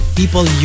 people